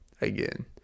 again